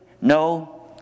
No